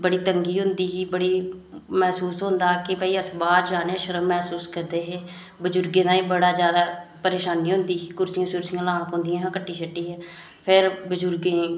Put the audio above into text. बड़ी तंगी होंदी ही बड़ी महसूस होंदा हा भाई अस बाह्र जा दे शर्म महसूस करदे हे बजुर्गें ताईं बड़ा ज्यादा परेशानी होंदी ही कुर्सियां लाना पौंदियां हियां कट्टी शट्टियै फिर बुजुर्गें गी